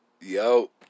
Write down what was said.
Yo